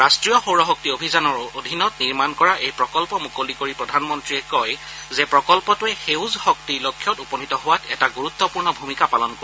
ৰাষ্ট্ৰীয় সৌৰশক্তি অভিযানৰ অধীনত নিৰ্মাণ কৰা এই প্ৰকল্প মুকলি কৰি প্ৰধানমন্ত্ৰীয়ে কয় যে প্ৰকল্পটোৱে সেউজ শক্তিৰ লক্ষ্যত উপনীত হোৱাত এটা গুৰুত্বপূৰ্ণ ভূমিকা পালন কৰিব